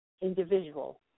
individual